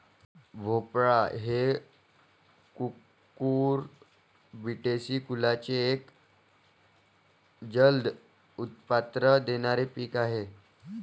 भोपळा हे कुकुरबिटेसी कुलाचे एक जलद उत्पन्न देणारे पीक आहे